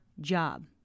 job